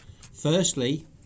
Firstly